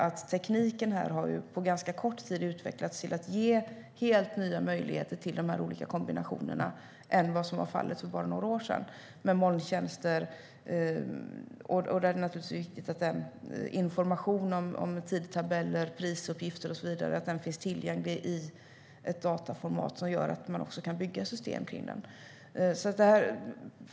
Tekniken har på ganska kort tid utvecklats till att ge helt andra möjligheter till de olika kombinationerna, till exempel genom molntjänster, än vad som var fallet för bara några år sedan. Då är det naturligtvis viktigt att informationen om tidtabeller, priser och så vidare finns tillgänglig i ett dataformat som gör att man kan bygga ett system kring den.